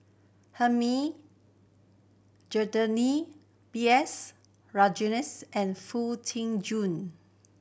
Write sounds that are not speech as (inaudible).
Hilmi (unintelligible) B S Rajhans and Foo Tee June